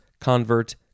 convert